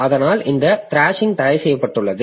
அதனால் இந்த த்ராஷிங் தடைசெய்யப்பட்டுள்ளது